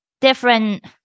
different